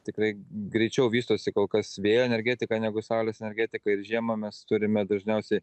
tikrai greičiau vystosi kol kas vėjo energetika negu saulės energetika ir žiemą mes turime dažniausiai